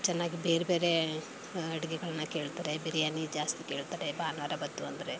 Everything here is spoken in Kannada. ಚೆನ್ನಾಗಿ ಬೇರೆಬೇರೆ ಅಡುಗೆಗಳನ್ನ ಕೇಳ್ತಾರೆ ಬಿರಿಯಾನಿ ಜಾಸ್ತಿ ಕೇಳ್ತಾರೆ ಭಾನುವಾರ ಬಂತು ಅಂದರೆ